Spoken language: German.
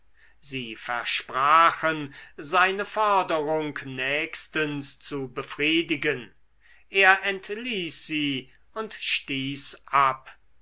sie versprachen seine forderung nächstens zu befriedigen er entließ sie und stieß ab